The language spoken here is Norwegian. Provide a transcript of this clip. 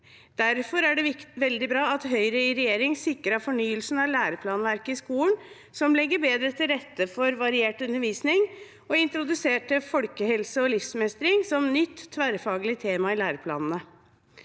Derfor er det veldig bra at Høyre i regjering sikret fornyelsen av læreplanverket i skolen, noe som legger bedre til rette for variert undervisning, og introduserte folkehelse og livsmestring som nytt tverrfaglig tema i læreplanene.